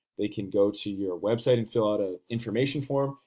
they can go to your website and fill out a information form,